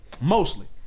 Mostly